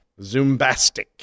Zumbastic